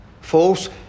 false